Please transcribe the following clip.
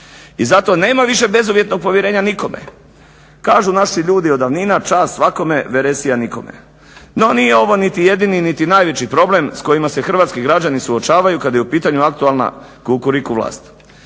I zato nema više bezuvjetnog povjerenja nikome. Kažu naši ljudi od davnina "Ćast svakome, veresija nikome." No, nije ovo niti jedini, niti najveći problem s kojima se hrvatski građani suočavaju kada je u pitanju aktualna Kukuriku vlast.